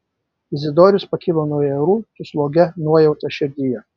izidorius pakilo nuo ajerų su slogia nuojauta širdyje